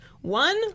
One